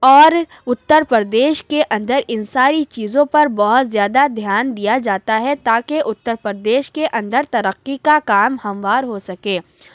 اور اتر پردیش کے اندر ان ساری چیزوں پر بہت زیادہ دھیان دیا جاتا ہے تاکہ اتر پردیش کے اندر ترقی کا کام ہموار ہو سکے